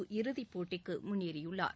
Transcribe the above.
உலக இறுதிப்போட்டிக்கு முன்னேறியுள்ளார்